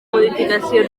modificació